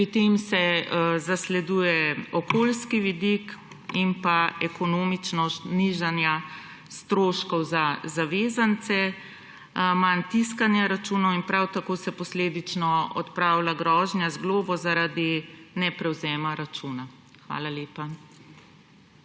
Pri tem se zasleduje okoljski vidik in ekonomičnost nižanja stroškov za zavezance, manj tiskanja računov, in prav tako se posledično odpravlja grožnja z globo zaradi neprevzema računa. Hvala lepa.